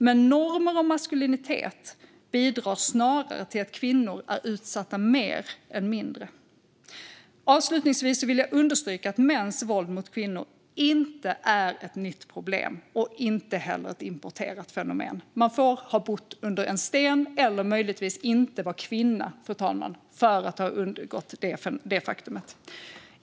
Men normer om maskulinitet bidrar snarare till att kvinnor blir mer utsatta än mindre. Avslutningsvis vill jag understryka att mäns våld mot kvinnor inte är ett nytt problem och inte heller ett importerat fenomen. Man får ha bott under en sten eller möjligtvis inte vara kvinna, fru talman, för att ha undgått detta faktum.